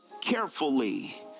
carefully